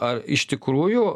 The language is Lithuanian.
ar iš tikrųjų